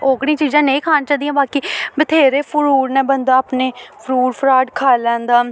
ओह्कड़ी चीजां नेईं खान चाहि दियां बाकी बथ्हेरे फ्रूट न बंदा अपने फ्रूट फ्राट खाई लैंदा